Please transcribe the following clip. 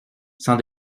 sans